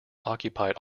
occupied